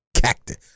cactus